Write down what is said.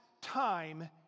time